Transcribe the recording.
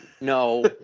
No